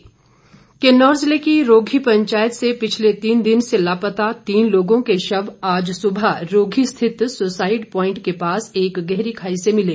दुर्घटना किन्नौर ज़िले की रोघी पंचायत से पिछले तीन दिन से लापता तीन लोगों के शव आज सुबह रोघी स्थित सुसाईड प्वांइट के पास एक गहरी खाई से मिले